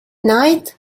night